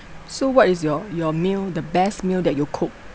so what is your your meal the best meal that you cooked